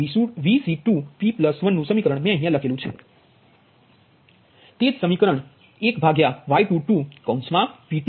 Vc2p1 1Y22P2 jQ2p1V2p Y21V1 Y23V3p પરંતુ તે જ સમીકરણ હવે હુ લખી રહ્યો છુ